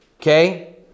Okay